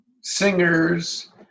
singers